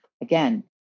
again